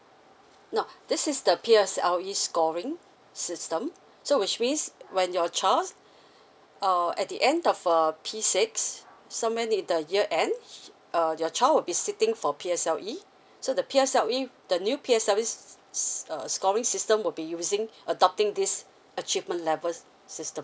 no this is the P_S_L_E scoring system so which means when your child uh at the end of a p six so meant in the year end uh your child will be sitting for P_S_L_E so the P_S_L_E the new P_S_L_Es uh scoring system will be using adopting this achievement level system